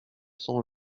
sans